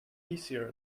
easier